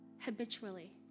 habitually